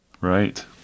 Right